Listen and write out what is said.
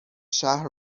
شهر